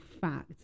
fact